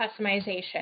customization